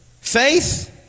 faith